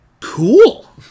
cool